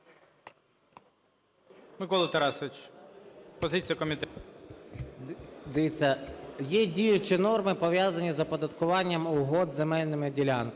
є діючі норми, пов'язані з оподаткуванням угод земельними ділянками.